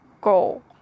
go